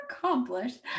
accomplished